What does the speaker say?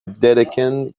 dedekind